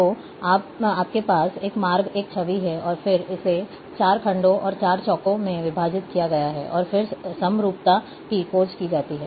तो आपके पास एक मार्ग एक छवि है और फिर इसे 4 खंडों और 4 चौकों में विभाजित किया गया है और फिर समरूपता की खोज की जाती है